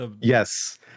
Yes